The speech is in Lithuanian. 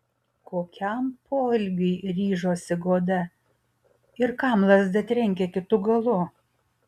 kokiam poelgiui ryžosi goda ir kam lazda trenkė kitu galu